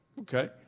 okay